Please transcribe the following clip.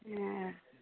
नहि